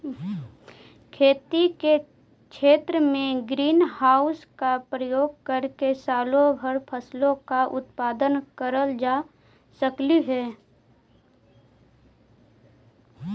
खेती के क्षेत्र में ग्रीन हाउस का प्रयोग करके सालों भर फसलों का उत्पादन करल जा सकलई हे